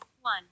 One